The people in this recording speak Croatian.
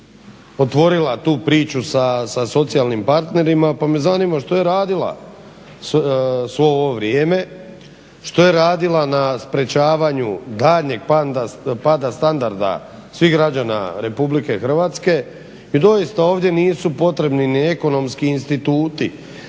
otvorila tu priču sa socijalnim partnerima. Pa me zanima što je radila svo ovo vrijeme, što je radila na sprječavanju daljnjeg pada standarda svih građana RH. I doista ovdje nisu potrebni ni ekonomski instituti,